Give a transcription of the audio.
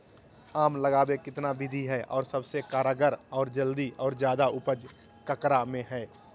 आम लगावे कितना विधि है, और सबसे कारगर और जल्दी और ज्यादा उपज ककरा में है?